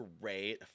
great